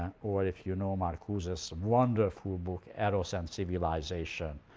or if you know marcuse's wonderful book, eros and civilization,